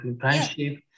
friendship